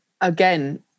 again